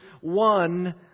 one